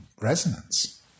resonance